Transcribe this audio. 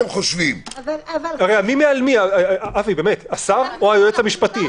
אבי, זה השר או היועץ המשפטי?